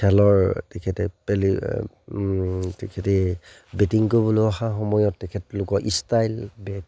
খেলৰ তেখেতে পেলি তেখেতে বেটিং কৰিবলৈ অহা সময়ত তেখেতলোকৰ ষ্টাইল বেট